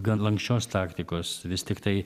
gan lanksčios taktikos vis tiktai